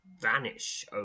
vanish